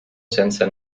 senza